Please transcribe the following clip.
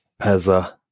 Peza